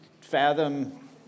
fathom